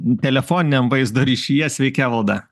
telefoniniam vaizdo ryšyje sveiki evalda